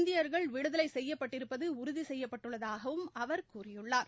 இந்தியர்கள் விடுதலை செய்யப்பட்டிருப்பது உறுதி செய்யப்பட்டுள்ளதாகவும் அவர் கூறியுள்ளார்